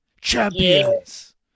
Champions